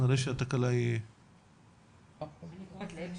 הרשיתי לעצמי